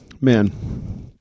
Man